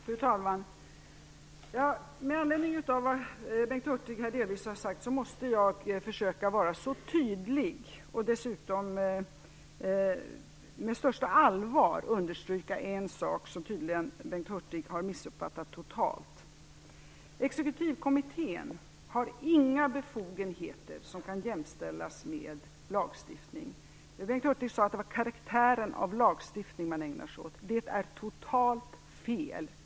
Fru talman! Med anledning av vad Bengt Hurtig har sagt delvis här måste jag försöka vara tydlig och dessutom med största allvar understryka en sak som tydligen Bengt Hurtig har missuppfattat totalt. Exekutivkommittén har inga befogenheter som kan jämställas med lagstiftning. Bengt Hurtig sade att det var verksamhet med karaktär av lagstiftning man ägnar sig åt. Det är totalt fel.